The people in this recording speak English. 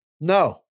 no